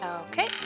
Okay